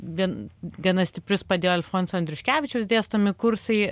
vien gana stiprius padėjo alfonso andriuškevičiaus dėstomi kursai